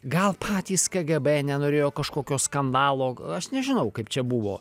gal patys kgb nenorėjo kažkokio skandalo aš nežinau kaip čia buvo